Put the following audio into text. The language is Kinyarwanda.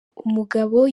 umugabo